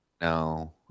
No